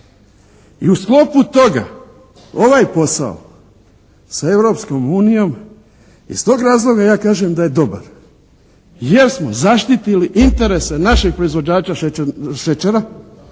I u sklopu toga ovaj posao sa Europskom unijom iz tog razloga ja kažem da je dobar. Jer smo zaštitili interese našeg proizvođača šećera.